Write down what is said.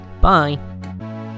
bye